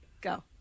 Go